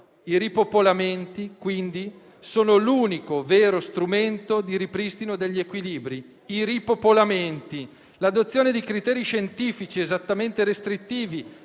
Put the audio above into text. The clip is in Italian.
I ripopolamenti, quindi, sono l'unico vero strumento di ripristino degli equilibri. I ripopolamenti. L'adozione di criteri scientifici esattamente restrittivi